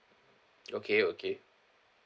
okay okay